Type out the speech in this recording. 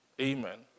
amen